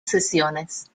sesiones